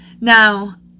Now